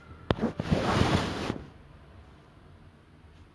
for me I you know there was a time where I was interested in all this